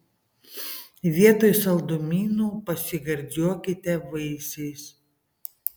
vietoj saldumynų pasigardžiuokite vaisiais